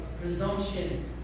presumption